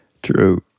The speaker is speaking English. True